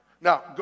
Now